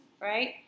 right